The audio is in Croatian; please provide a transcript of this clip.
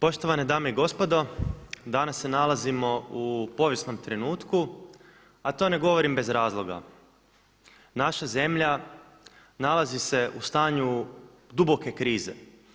Poštovane dame i gospodo, danas se nalazimo u povijesnom trenutku, a ne to ne govorim bez razloga, naša zemlja nalazi se u stanju duboke krize.